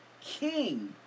King